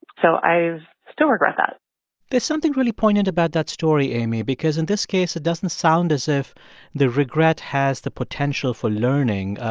so i still regret that there's something really poignant about that story, amy, because in this case, it doesn't sound as if the regret has the potential for learning.